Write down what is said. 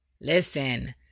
Listen